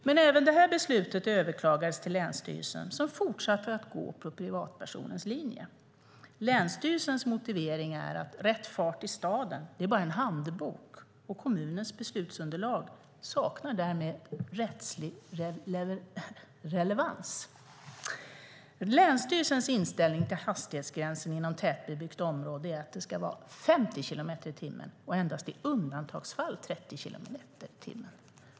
Men även det här beslutet överklagades till länsstyrelsen, som fortsatte att gå på privatpersonens linje. Länsstyrelsens motivering är att Rätt fart i staden bara är en handbok och att kommunens beslutsunderlag därmed saknar rättslig relevans. Länsstyrelsens inställning till hastighetsgränser inom tätbebyggt område är att det ska vara 50 kilometer i timmen, endast i undantagsfall 30 kilometer i timmen.